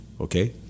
Okay